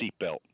seatbelt